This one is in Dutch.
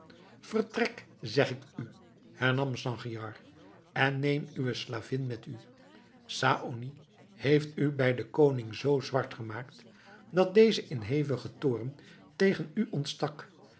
vertrek zeg ik u hernam sangiar en neem uwe slavin met u saony heeft u bij den koning zoo zwart gemaakt dat deze in hevigen toorn tegen u ontstak